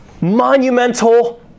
monumental